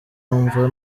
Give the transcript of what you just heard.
numva